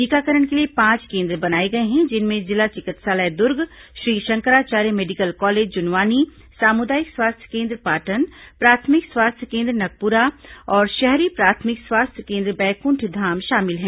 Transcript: टीकाकरण के लिए पांच केन्द्र बनाए गए हैं जिनमें जिला चिकित्सालय दुर्ग श्री शंकराचार्य मेडिकल कॉलेज जुनवानी सामूदायिक स्वास्थ्य केन्द्र पाटन प्राथमिक स्वास्थ्य केन्द्र नगपूरा और शहरी प्राथमिक स्वास्थ्य केन्द्र बैक्ंठधाम शामिल हैं